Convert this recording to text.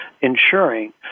ensuring